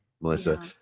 melissa